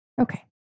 Okay